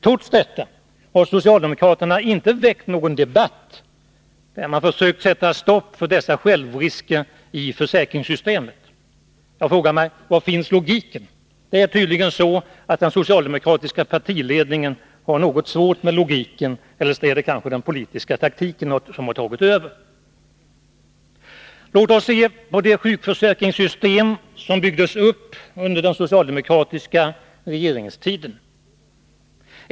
Trots det har socialdemokraterna inte väckt någon debatt om eller försökt sätta stopp för dessa självrisker i försäkringssystemet. Jag frågar mig: Var finns logiken? Den socialdemokratiska partiledningen har tydligen svårt med logiken, eller är det kanske den politiska taktiken som har tagit över? Låt oss se på det sjukförsäkringssystem som byggdes upp under den socialdemokratiska regeringstiden.